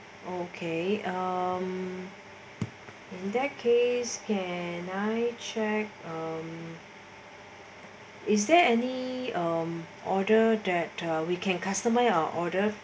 okay um in that case can I check is there any order that we can customer our order